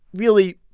really,